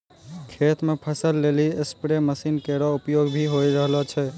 खेत म फसल लेलि स्पेरे मसीन केरो उपयोग भी होय रहलो छै